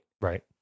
right